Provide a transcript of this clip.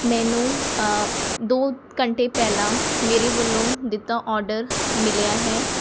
ਮੈਨੂੰ ਦੋ ਘੰਟੇ ਪਹਿਲਾਂ ਮੇਰੇ ਵੱਲੋਂ ਦਿੱਤਾ ਔਡਰ ਮਿਲਿਆ ਹੈ